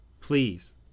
please